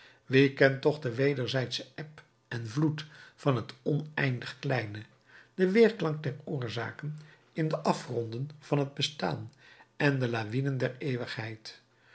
wie kent toch de wederzijdsche eb en vloed van het oneindig kleine den weerklank der oorzaken in de afgronden van het bestaan en de lawinen der eeuwigheid